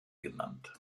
genannt